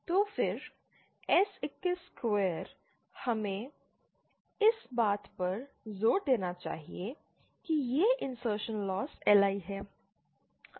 तो फिर S21 square हमें इस बात पर जोर देना चाहिए कि यह इंसर्शनल लॉस LI है